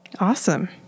Awesome